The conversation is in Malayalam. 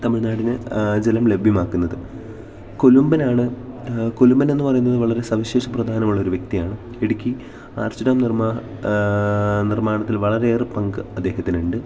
തമിഴ്നാടിന് ജലം ലഭ്യമാക്കുന്നത് കൊലുമ്പനാണ് കൊലുമ്പനെന്നു പറയുന്നത് വളരെ സവിശേഷ പ്രധാനമുള്ളൊരു വ്യക്തിയാണ് ഇടുക്കി ആർച്ച് ഡാം നിർമ്മാണത്തിൽ വളരെയേറെ പങ്ക് അദ്ദേഹത്തിനുണ്ട്